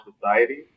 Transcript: society